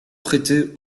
prêté